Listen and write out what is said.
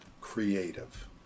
creative